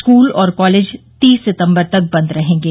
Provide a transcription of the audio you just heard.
school और college तीस सितम्बर तक बंद रहेंगे